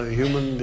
human